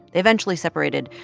they eventually separated,